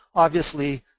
obviously,